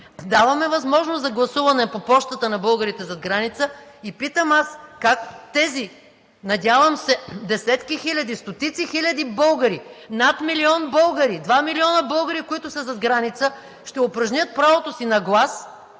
Даваме възможност за гласуване по пощата на българите зад граница и питам аз: как тези, надявам се десетки хиляди, стотици хиляди българи, над милион българи, два милиона българи, които са зад граница, ще упражнят правото си на глас,